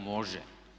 Može!